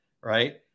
right